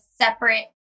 separate